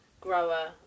grower